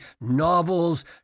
novels